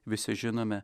visi žinome